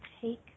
take